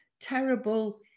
terrible